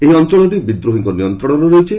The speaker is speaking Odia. ଏହି ଅଞ୍ଚଳଟି ବିଦ୍ରୋହୀଙ୍କ ନିୟନ୍ତ୍ରଣରେ ରହିଛି